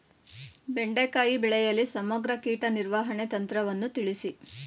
ಬೆಂಡೆಕಾಯಿ ಬೆಳೆಯಲ್ಲಿ ಸಮಗ್ರ ಕೀಟ ನಿರ್ವಹಣೆ ತಂತ್ರವನ್ನು ತಿಳಿಸಿ?